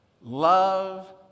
Love